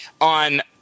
on